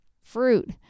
fruit